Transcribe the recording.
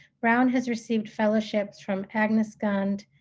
browne has received fellowships from agnes gund,